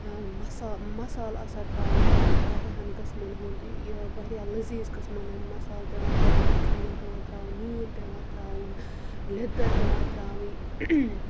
مسال آسان ترٛاوُن تَتھ واریاہَن قٕسمَن ہُنٛد واریاہ لٔزیٖز قٕسمَن ہِنٛدۍ مَسال پیوان ترٛاوِنۍ مَرژٕانٛگَن پیٚوان ترٛاوٕنۍ نوٗن پیوان ترٛاوُن لیدٕر پیوان ترٛاوٕنۍ